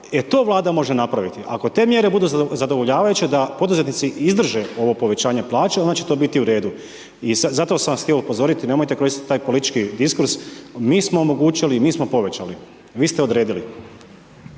e to vlada može napraviti. Ako te mjere budu zadovoljavajući da poduzetnici izdrže ovo povećanje plaća onda će to biti u redu. I zato sam vas htio upozoriti nemojte koristiti taj politički diskurs, mi smo omogućili i mi smo povećali, vi ste odredili.